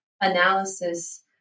analysis